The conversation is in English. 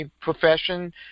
profession